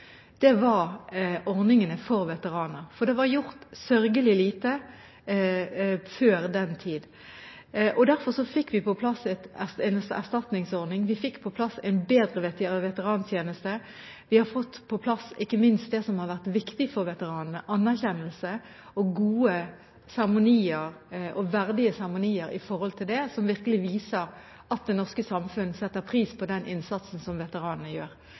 var ordningene for veteraner. Det var gjort sørgelig lite før den tid. Derfor fikk vi på plass en erstatningsordning, vi fikk på plass en bedre veterantjeneste, og vi har ikke minst fått på plass noe som har vært viktig for veteranene: anerkjennelse og gode og verdige seremonier, som virkelig viser at det norske samfunn setter pris på den innsatsen som veteranene gjør.